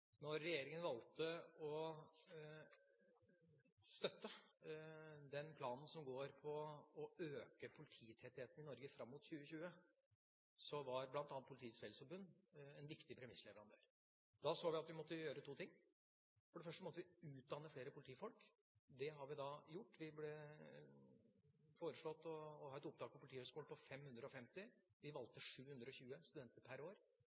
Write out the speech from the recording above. Når regjeringa valgte å støtte den planen som går på å øke polititettheten i Norge fram mot 2020, var bl.a. Politiets Fellesforbund en viktig premissleverandør. Vi så at vi måtte gjøre to ting. Vi måtte utdanne flere politifolk. Det har vi da gjort. Vi ble foreslått å ha et opptak på Politihøgskolen på 550. Vi valgte 720 studenter per år,